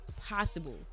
possible